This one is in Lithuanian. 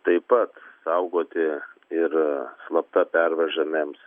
taip pat saugoti ir slapta pervežamiems